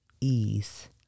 Ease